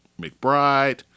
McBride